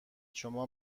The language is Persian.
شما